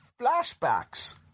flashbacks